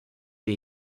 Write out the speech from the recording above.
wir